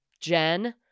Jen